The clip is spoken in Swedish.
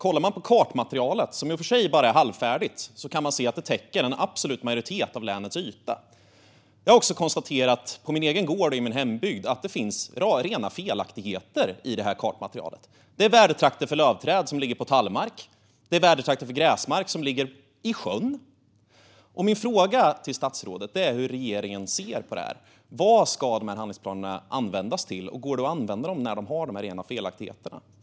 Tittar man på kartmaterialet, som i och för sig bara är halvfärdigt, kan man se att det täcker en absolut majoritet av länets yta. Jag har också konstaterat att det på min egen gård och i min hembygd finns rena felaktigheter i kartmaterialet. Det är värdetrakter för lövträd som ligger på tallmark. Det är värdetrakter för gräsmark som ligger i sjön. Min fråga till statsrådet är hur regeringen ser på det här. Vad ska handlingsplanerna användas till, och går de att använda när de har dessa rena felaktigheter?